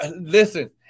Listen